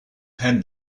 pen